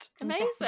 amazing